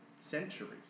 centuries